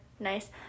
Nice